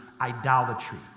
idolatry